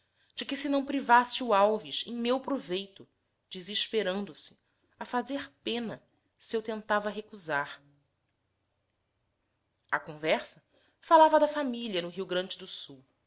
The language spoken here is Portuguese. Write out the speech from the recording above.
de que se não privasse o alves em meu proveito desesperando se a fazer pena se eu tentava recusar à conversa falava da família no rio grande do sul